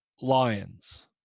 lions